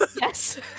Yes